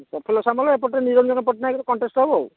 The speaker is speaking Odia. ପ୍ରଫୁଲ୍ଲ ସାମଲ ଏପଟେ ନିରଞ୍ଜନ ପଟ୍ଟନାୟକର କଣ୍ଟେଷ୍ଟ୍ ହେବ ଆଉ